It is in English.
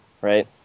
right